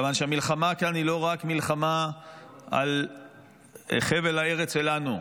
כיוון שהמלחמה כאן היא לא רק מלחמה על חבל הארץ שלנו,